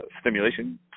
stimulation